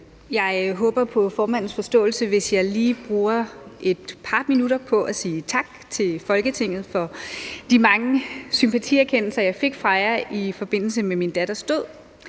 Jeg håber på formandens forståelse, hvis jeg lige bruger et par minutter på at sige tak til Folketingets medlemmer for de mange sympatitilkendegivelser, jeg fik fra jer i forbindelse med min datters død.